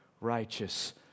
righteous